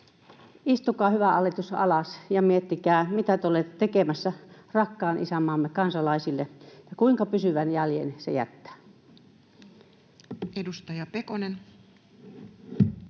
Istukaa, hyvä hallitus, alas ja miettikää, mitä te olette tekemässä rakkaan isänmaamme kansalaisille ja kuinka pysyvän jäljen se jättää.